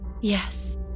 Yes